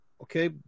Okay